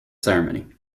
ceremony